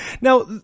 Now